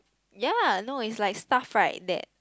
ya no is like stuff right that